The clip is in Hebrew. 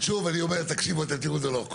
אם זה לציבורי אין לי שום בעיה בזה.